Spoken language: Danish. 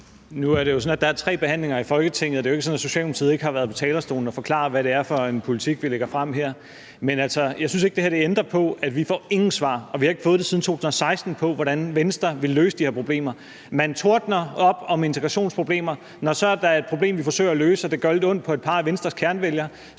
Nu er det jo sådan, at der er tre behandlinger i Folketinget. Og det er jo ikke sådan, at Socialdemokratiet ikke har været på talerstolen og forklare, hvad det er for en politik, vi lægger frem her. Men jeg synes ikke, det her ændrer på, at vi ingen svar får, og vi har ikke fået det siden 2016, på, hvordan Venstre vil løse de her problemer. Man tordner og råber op om integrationsproblemer, og når så der er et problem, vi forsøger at løse, og det gør lidt ondt på et par af Venstres kernevælgere,